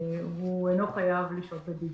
הוא אינו חייב לשהות בבידוד.